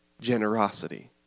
generosity